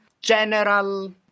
general